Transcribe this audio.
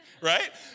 Right